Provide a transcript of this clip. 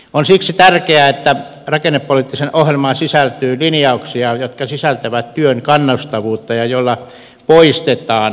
on siksi tärkeää että rakennepoliittiseen ohjelmaan sisältyy linjauksia jotka sisältävät työn kannustavuutta ja joilla poistetaan kannustinloukkuja